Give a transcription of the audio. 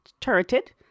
turreted